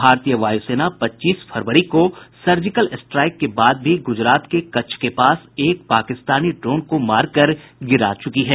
भारतीय वायुसेना पच्चीस फरवरी को सर्जिकल स्ट्राईक के बाद भी गुजरात के कच्छ के पास एक पाकिस्तानी ड्रोन को मारकर गिरा चुकी है